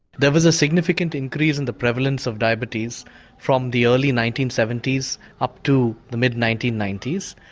there was a significant increase in the prevalence of diabetes from the early nineteen seventy s up to the mid nineteen ninety s.